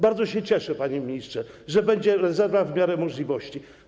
Bardzo się cieszę, panie ministrze, że będzie rezerwa w miarę możliwości.